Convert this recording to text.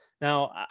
Now